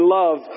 love